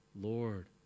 Lord